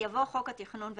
יבוא "חוק התכנון והבניה".